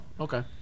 okay